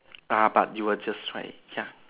ah but you were just try it ya